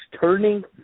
turning